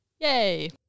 yay